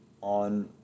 on